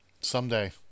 Someday